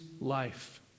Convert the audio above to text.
life